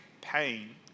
pain